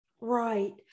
Right